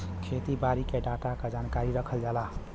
खेती बारी के डाटा क जानकारी रखल जाला